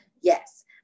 yes